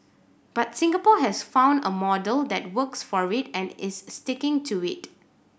but Singapore has found a model that works for it and is sticking to it